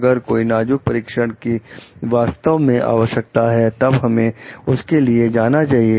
अगर कोई नाजुक परीक्षण की वास्तव में आवश्यकता है तब हमें उसके लिए जाना चाहिए